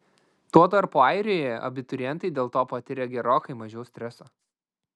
tuo tarpu airijoje abiturientai dėl to patiria gerokai mažiau streso